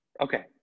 Okay